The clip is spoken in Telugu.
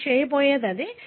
మీరు చేయబోయేది అదే